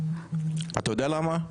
אתה יודע למה?